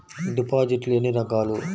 డిపాజిట్లు ఎన్ని రకాలు?